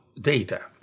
data